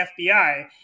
FBI